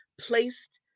placed